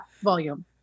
volume